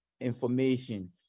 information